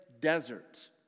desert